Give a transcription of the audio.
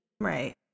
Right